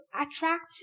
attract